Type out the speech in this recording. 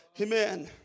Amen